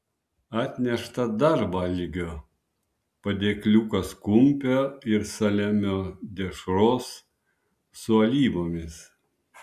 atnešta dar valgio padėkliukas kumpio ir saliamio dešros su alyvomis